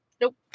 nope